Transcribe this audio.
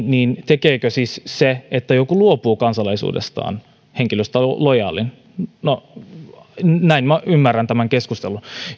niin tekeekö siis se että luopuu kansalaisuudestaan henkilöstä lojaalin no näin minä ymmärrän tämän keskustelun